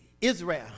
Israel